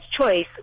choice